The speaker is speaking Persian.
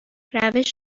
روش